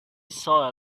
soil